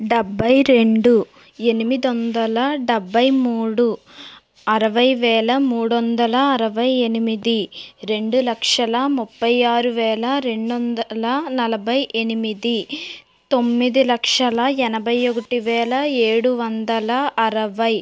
డెభై రెండు ఎనిమిది వందల డెభై మూడు ఆరవై వేల మూడు వందల ఆరవై ఎనిమిది రెండు లక్షల ముఫై ఆరు వేల రెండు వందల నలభై ఎనిమిది తొమ్మిది లక్షల ఎనభై ఒకటి వేల ఏడు వందల ఆరవై